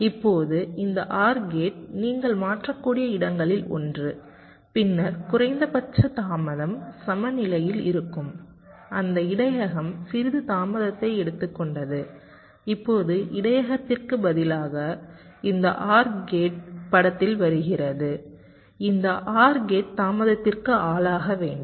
இப்போது இந்த OR gate நீங்கள் மாற்றக்கூடிய இடையகங்களில் ஒன்று பின்னர் குறைந்தபட்சம் தாமதம் சமநிலையில் இருக்கும் அந்த இடையகம் சிறிது தாமதத்தை எடுத்துக்கொண்டது இப்போது இடையகத்திற்கு பதிலாக இந்த OR கேட் படத்தில் வருகிறது இந்த OR கேட் தாமதத்திற்கு ஆளாக வேண்டும்